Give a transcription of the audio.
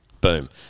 Boom